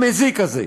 המזיק הזה.